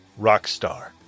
Rockstar